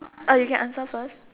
uh you can answer first